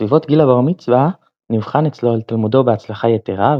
בסביבות גיל בר המצווה נבחן אצלו על תלמודו בהצלחה יתירה,